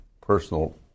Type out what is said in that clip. personal